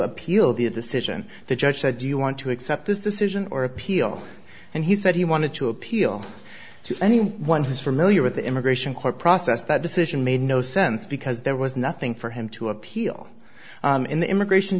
appeal the decision the judge said do you want to accept this decision or appeal and he said he wanted to appeal to anyone who's familiar with the immigration court process that decision made no sense because there was nothing for him to appeal in the immigration